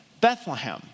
Bethlehem